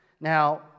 Now